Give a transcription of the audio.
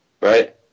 right